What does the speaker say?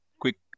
quick